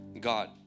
god